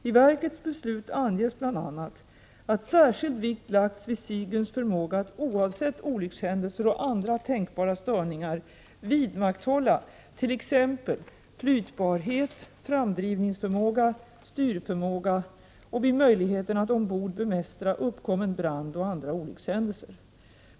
I verkets beslut anges bl.a. att särskild vikt lagts vid Sigyns förmåga att oavsett olyckshändelser och andra tänkbara störningar vidmakthålla t.ex. flytbarhet, framdrivningsförmåga, styrförmåga och möjligheterna att ombord bemästra uppkommen brand och andra olyckshändelser.